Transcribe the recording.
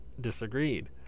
disagreed